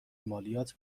مالیات